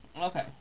Okay